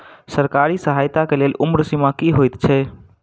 सरकारी सहायता केँ लेल उम्र सीमा की हएत छई?